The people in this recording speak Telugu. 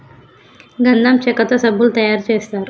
గంధం చెక్కతో సబ్బులు తయారు చేస్తారు